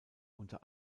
unter